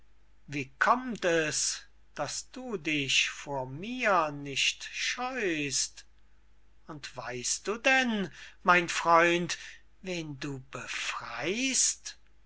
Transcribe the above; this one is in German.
wie kommt es daß du dich vor mir nicht scheust und weißt du denn mein freund wen du befreyst